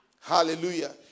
Hallelujah